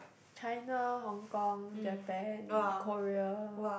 China hong-kong Japan Korea